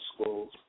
schools